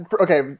okay